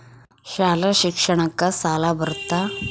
ಶಾಲಾ ಶಿಕ್ಷಣಕ್ಕ ಸಾಲ ಬರುತ್ತಾ?